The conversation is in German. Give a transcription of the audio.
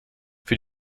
für